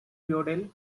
yodel